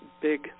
big